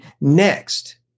next